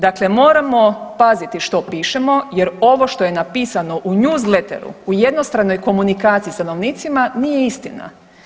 Dakle moramo paziti što pišemo jer ovo što je napisano u newsletteru u jednostranoj komunikaciji stanovnicima, nije istina.